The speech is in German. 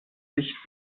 sich